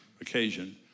occasion